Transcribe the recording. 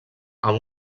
amb